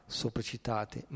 sopracitate